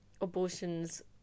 abortions